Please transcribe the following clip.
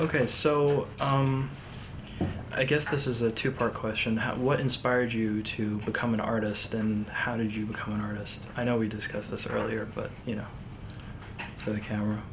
so i guess this is a two part question what inspired you to become an artist and how did you become an artist i know we discussed this earlier but you know for the camera